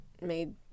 made